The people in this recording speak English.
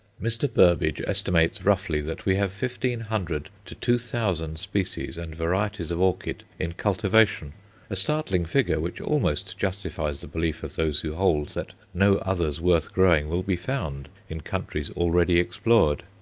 mr. burbidge estimates roughly that we have fifteen hundred to two thousand species and varieties of orchid in cultivation a startling figure, which almost justifies the belief of those who hold that no others worth growing will be found in countries already explored.